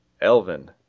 Elvin